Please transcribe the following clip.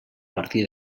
partir